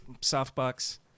softbox